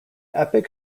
epic